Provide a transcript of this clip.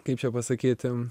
kaip čia pasakyti